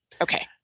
Okay